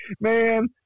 Man